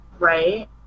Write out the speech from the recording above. Right